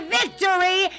victory